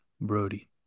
brody